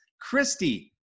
Christy